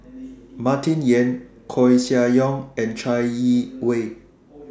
Martin Yan Koeh Sia Yong and Chai Yee Wei